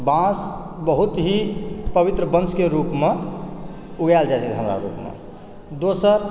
बांँस बहुत ही पवित्र वंशके रूपमे उगाएल जाइत छै हमरा लोकमे दोसर